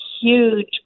huge